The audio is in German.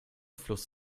fluss